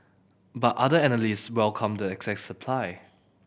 but other analysts welcomed the excess supply